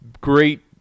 great